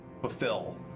fulfill